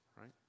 right